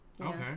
Okay